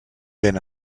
vent